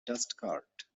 dustcart